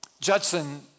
Judson